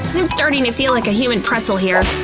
i'm starting to feel like a human pretzel here.